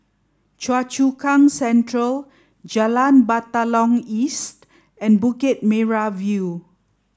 Choa Chu Kang Central Jalan Batalong East and Bukit Merah View